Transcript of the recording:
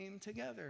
together